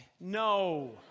No